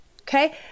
okay